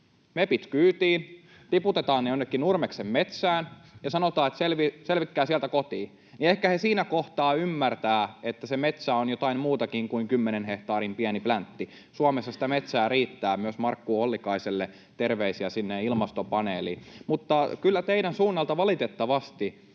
mepit kyytiin, tiputetaan ne jonnekin Nurmeksen metsään ja sanotaan, että selvitkää sieltä kotiin. Ehkä he siinä kohtaa ymmärtävät, että se metsä on jotain muutakin kuin 10 hehtaarin pieni pläntti. Suomessa sitä metsää riittää — myös Markku Ollikaiselle terveisiä sinne ilmastopaneeliin. Mutta kyllä teidän suunnalta valitettavasti